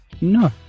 No